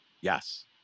Yes